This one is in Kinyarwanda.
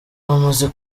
bamaze